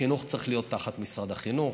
שחינוך צריך להיות תחת משרד החינוך.